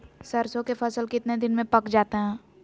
सरसों के फसल कितने दिन में पक जाते है?